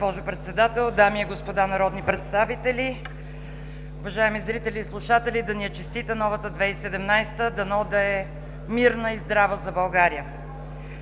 България”